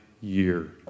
year